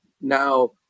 now